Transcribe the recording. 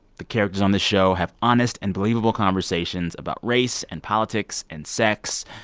the characters on this show have honest and believable conversations about race and politics and sex.